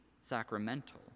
sacramental